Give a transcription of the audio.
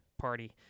party